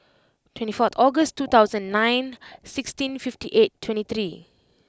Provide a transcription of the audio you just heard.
twenty fourth August two thousand nine sixteen fifty eight twenty three